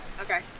Okay